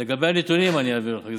לגבי הנתונים, אני אעביר לך.